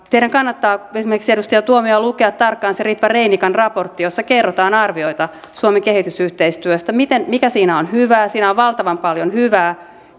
teidän kannattaa esimerkiksi edustaja tuomioja lukea tarkkaan se ritva reinikan raportti jossa kerrotaan arvioita suomen kehitysyhteistyöstä siitä mikä siinä on hyvää siinä on valtavan paljon hyvää